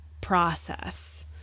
process